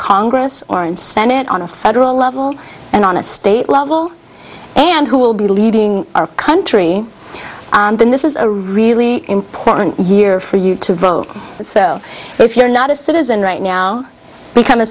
congress or in senate on a federal level and on a state level and who will be leading our country and this is a really important year for you to vote so if you're not a citizen right now become a